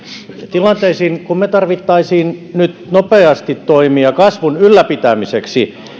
tilanteisiin kun me tarvitsisimme nyt nopeasti toimia kasvun ylläpitämiseksi